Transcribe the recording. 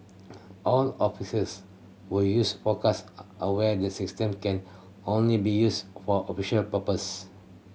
all officers who use Focus are aware the system can only be used for official purposes